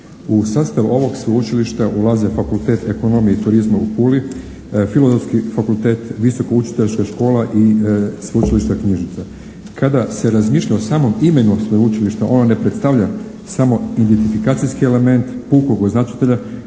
U sastav ovog sveučilišta ulaze Fakultet ekonomije i turizma u Puli, Filozofski fakultet, Visoka učiteljska škola i Sveučilišna knjižnica. Kada se razmišlja o samom imenu sveučilišta ono ne predstavlja samo identifikacijski element pukog označitelja